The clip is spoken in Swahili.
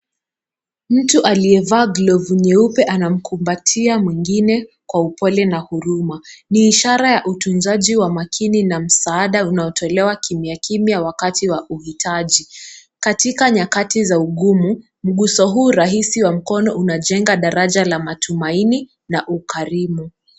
Mtu aliyevaa glovu nyeupe anamkumbatia mwengine kwa upole na huruma. Ni ishara ya utunzaji wa makini na msaada unayotolewa kimya kimya wakati wa uhitaji. Katika nyakati za ugumu, mguso huu rahisi wa mkono unajenga daraja la matumaini na ukarimu.